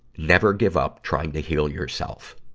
never give up trying to heal yourself.